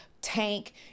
tank